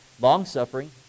long-suffering